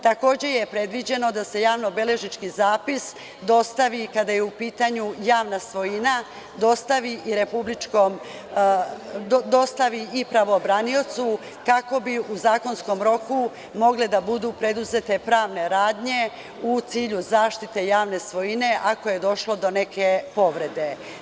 Takođe je predviđeno da se javnobeležnički zapis dostavi kada je upitanju javna svojina, dostavi i pravobraniocu kako bi u zakonskom roku mogle da budu preduzete pravne radnje u cilju zaštite javne svojine ako je došlo do neke povrede.